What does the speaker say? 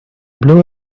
blow